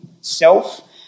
self